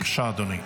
בבקשה, אדוני.